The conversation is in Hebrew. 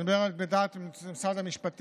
אני מדבר בדעת משרד המשפטים,